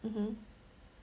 mmhmm